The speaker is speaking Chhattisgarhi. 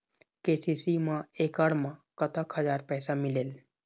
के.सी.सी मा एकड़ मा कतक हजार पैसा मिलेल?